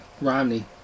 Romney